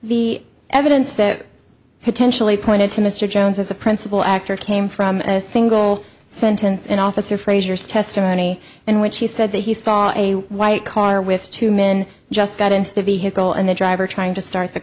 the evidence that potentially pointed to mr jones as a principal actor came from a single sentence an officer frazier's testimony in which he said that he saw a white car with two men just got into the vehicle and the driver trying to start the